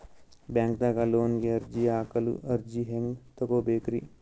ಬ್ಯಾಂಕ್ದಾಗ ಲೋನ್ ಗೆ ಅರ್ಜಿ ಹಾಕಲು ಅರ್ಜಿ ಹೆಂಗ್ ತಗೊಬೇಕ್ರಿ?